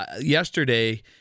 yesterday